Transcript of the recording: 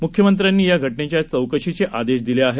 मुख्यमंत्र्यांनी या घटनेच्या चौकशीचे आदेश दिले आहेत